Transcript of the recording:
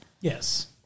Yes